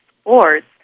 sports